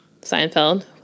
Seinfeld